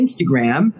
Instagram